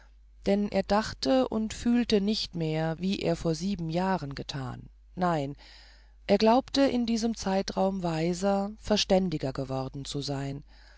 denn er dachte und fühlte nicht mehr wie er vor sieben jahren getan nein er glaubte in diesem zeitraum weiser verständiger geworden zu sein